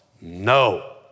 no